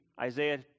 Isaiah